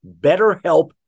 BetterHelp